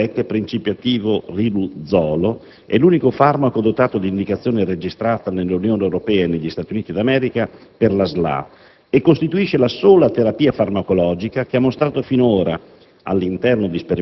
Il Rilutek (principio attivo riluzolo) è l'unico farmaco dotato di indicazione registrata nell'Unione Europea e negli Stati Uniti d'America per la SLA e costituisce la sola terapia farmacologia che ha mostrato, finora,